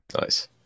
Nice